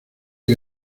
que